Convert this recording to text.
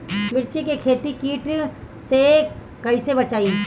मिर्च के खेती कीट से कइसे बचाई?